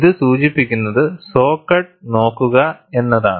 ഇത് സൂചിപ്പിക്കുന്നത് saw cut നോക്കുക എന്നതാണ്